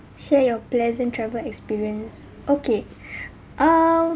share your pleasant travel experience okay um